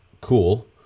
cool